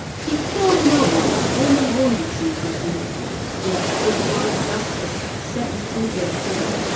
he killed no one, only wounded some persons yet bourgeois justice sentenced him to death.